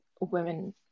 women